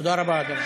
תודה רבה, אדוני.